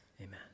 amen